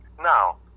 Now